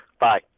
Bye